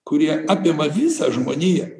kurie apima visą žmoniją